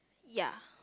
ya